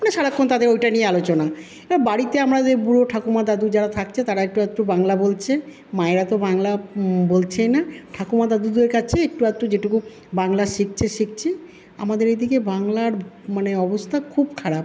মানে সারাক্ষণ তাদের ওইটা নিয়ে আলোচনা বাড়িতে আমরাদের বুড়ো ঠাকুমা দাদু যারা থাকছে তারা একটু আধটু বাংলা বলছে মায়েরাতো বাংলা বলছেইনা ঠাকুমা দাদুদের কাছে একটু আধটু যেটুকু বাংলা শিখছে শিখছে আমাদের এইদিকে বাংলার মানে অবস্থা খুব খারাপ